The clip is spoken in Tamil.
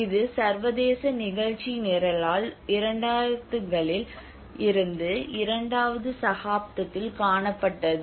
இது சர்வதேச நிகழ்ச்சி நிரலால் 2000 களில் இருந்து இரண்டாவது சகாப்தத்தில் காணப்பட்டது